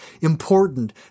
important